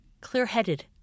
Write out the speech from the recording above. clear-headed